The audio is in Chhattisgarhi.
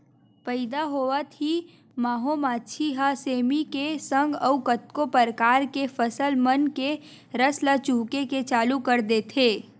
पइदा होवत ही माहो मांछी ह सेमी के संग अउ कतको परकार के फसल मन के रस ल चूहके के चालू कर देथे